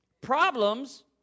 Problems